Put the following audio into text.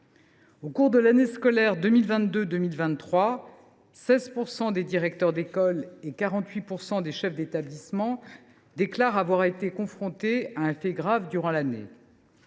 Au cours de l’année scolaire 2022 2023, 16 % des directeurs d’école et 48 % des chefs d’établissement du secondaire déclarent avoir été confrontés à un fait grave durant l’année.